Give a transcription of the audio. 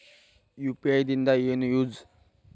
UPI ದಿಂದ ಏನು use?